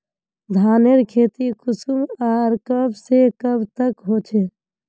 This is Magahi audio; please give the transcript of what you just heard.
धानेर खेती कुंसम आर कब से कब तक होचे?